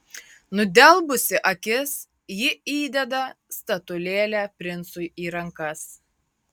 nudelbusi akis ji įdeda statulėlę princui į rankas